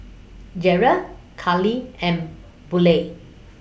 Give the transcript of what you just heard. Jerrica Kalie and Buelah